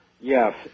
Yes